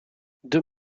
deux